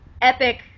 epic